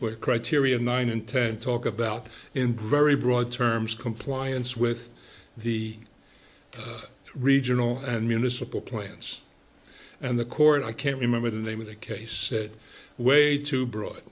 but criteria nine and ten talk about in very broad terms compliance with the regional and municipal plans and the court i can't remember the name of the case that way too broad